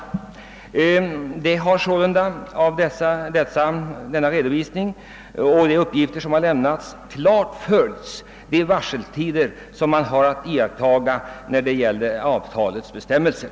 Denna redovisning visar sålunda klart, att man följt de varseltider som skall iakttagas enligt avtalets bestämmelser.